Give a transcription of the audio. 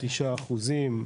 או תשעה אחוזים,